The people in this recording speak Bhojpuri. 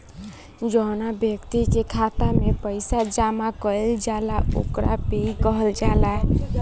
जौवना ब्यक्ति के खाता में पईसा जमा कईल जाला ओकरा पेयी कहल जाला